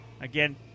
Again